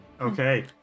okay